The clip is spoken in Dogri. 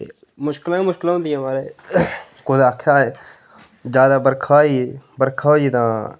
मुश्कलां गै मुश्कलां होंदियां महाराज कुतै आखेआ होए ज्यादा बरखा होई गेई जां बरखा होई गेई तां